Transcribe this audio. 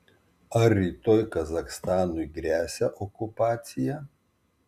ar rytoj kazachstanui gresia okupacija